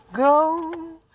Go